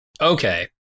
Okay